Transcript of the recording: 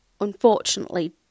unfortunately